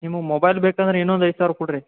ನಿಮಗೆ ಮೊಬೈಲ್ ಬೇಕಂದರೆ ಇನ್ನೊಂದು ಐದು ಸಾವಿರ ಕೊಡಿರಿ